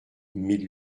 mille